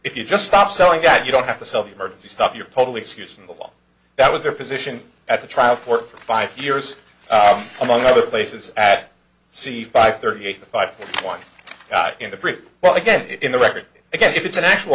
if you just stop selling that you don't have to sell the emergency stuff you're totally excusing the law that was their position at the trial court for five years among other places at c five thirty five one in the group but again in the record again if it's an actual